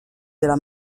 della